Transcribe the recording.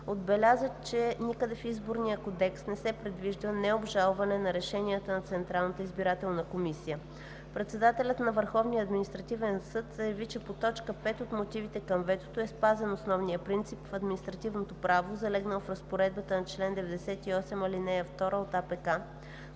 отбеляза, че никъде в Изборния кодекс не се предвижда необжалване на решенията на Централната избирателна комисия. Председателят на Върховния административен съд заяви, че по т. 5 от мотивите към ветото е спазен основният принцип в административното право, залегнал в разпоредбата на чл. 98, ал. 2 от АПК,